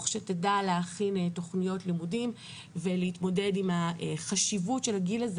שתדע להכין תכניות לימודים ולהתמודד עם החשיבות הזה.